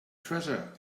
treasure